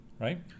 Right